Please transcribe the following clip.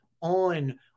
on